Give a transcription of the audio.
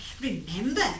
Remember